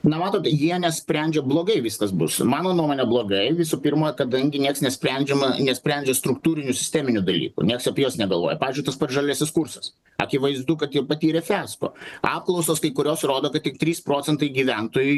na matot jie nesprendžia blogai viskas bus mano nuomone blogai visų pirma kadangi nieks nesprendžiama nesprendžia struktūrinių sisteminių dalykų nieks apie juos negalvoja pavyzdžiui tas pats žaliasis kursas akivaizdu kad patyrė fiasko apklausos kai kurios rodo kad tik trys procentai gyventojų